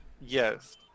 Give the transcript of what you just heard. Yes